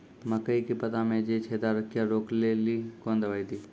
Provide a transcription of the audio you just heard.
मकई के पता मे जे छेदा क्या रोक ले ली कौन दवाई दी?